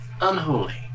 unholy